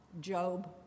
Job